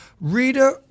Rita